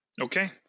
Okay